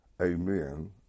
Amen